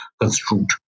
construed